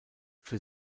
für